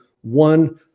one